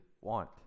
want